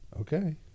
Okay